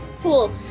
Cool